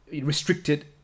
restricted